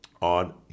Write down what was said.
on